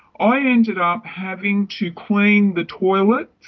i ended up having to clean the toilets,